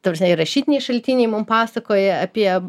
ta prasme ir rašytiniai šaltiniai mum pasakoja apie